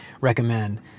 recommend